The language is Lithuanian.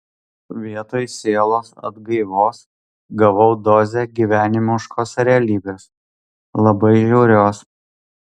vietoj sielos atgaivos gavau dozę gyvenimiškos realybės labai žiaurios